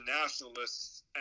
nationalists